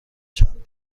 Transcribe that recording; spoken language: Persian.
چند